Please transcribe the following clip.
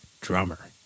drummer